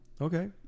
Okay